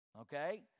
Okay